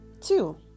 Two